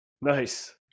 Nice